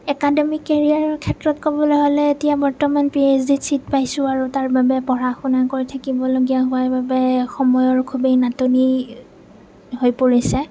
একাডেমীক কেৰিয়াৰৰ ক্ষেত্ৰত ক'বলৈ হ'লে এতিয়া বৰ্তমান পি এইচ ডিত চিট পাইছোঁ আৰু তাৰবাবে পঢ়া শুনা কৰি থাকিবলগীয়া হোৱাৰ বাবে সময়ৰ খুবেই নাটনি হৈ পৰিছে